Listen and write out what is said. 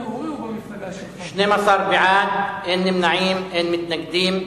12 בעד, אין נמנעים, אין מתנגדים.